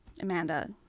Amanda